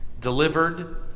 delivered